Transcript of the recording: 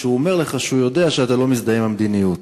כשהוא אומר לך שהוא יודע שאתה לא מזדהה עם המדיניות.